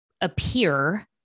appear